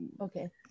Okay